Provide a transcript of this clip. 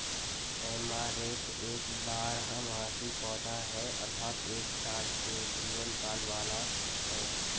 amaranth एक बारहमासी पौधा है अर्थात एक साल के जीवन काल वाला है